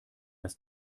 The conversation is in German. das